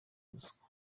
ruswa